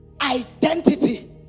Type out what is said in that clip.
identity